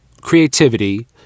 creativity